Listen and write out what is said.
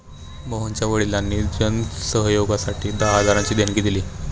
मोहनच्या वडिलांनी जन सहयोगासाठी दहा हजारांची देणगी दिली